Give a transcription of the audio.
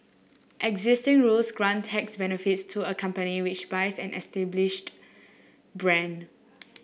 existing rules grant tax benefits to a company which buys an established brand